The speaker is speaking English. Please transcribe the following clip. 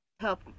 Help